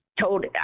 told